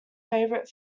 favorite